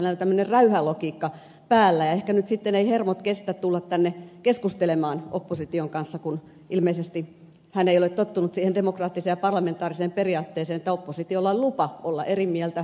hänellä on tämmöinen räyhälogiikka päällä ja ehkä nyt sitten eivät hermot kestä tulla tänne keskustelemaan opposition kanssa kun ilmeisesti hän ei ole tottunut siihen demokraattiseen ja parlamentaariseen periaatteeseen että oppositiolla on lupa olla eri mieltä